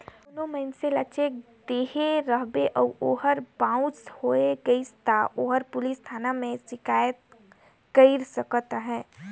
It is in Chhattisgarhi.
कोनो मइनसे ल चेक देहे रहबे अउ ओहर बाउंस होए गइस ता ओहर पुलिस थाना में सिकाइत कइर सकत अहे